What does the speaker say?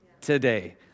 today